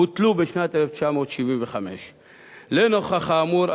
בוטלו בשנת 1975. לנוכח האמור,